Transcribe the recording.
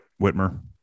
Whitmer